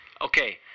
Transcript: Okay